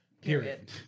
period